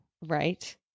right